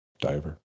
Diver